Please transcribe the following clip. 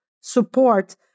support